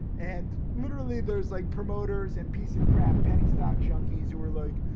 and literally, there's like promoters and piece of crap penny stock junkies, who were like,